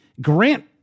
grant